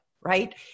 right